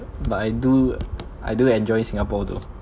but I do I do enjoy singapore though